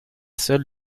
seul